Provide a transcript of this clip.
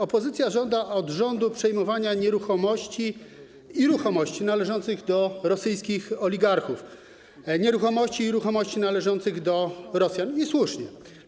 Opozycja żąda od rządu przejmowania nieruchomości i ruchomości należących do rosyjskich oligarchów, nieruchomości i ruchomości należących do Rosjach - i słusznie.